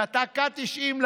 בדקה ה-90,